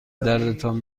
دردتان